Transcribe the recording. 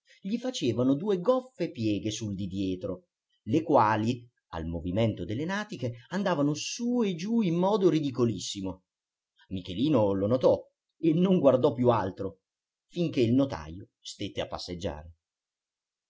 gli facevano due goffe pieghe sul di dietro le quali al movimento delle natiche andavano su e giù in modo ridicolissimo michelino lo notò e non guardò più altro finché il notajo stette a passeggiare